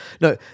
No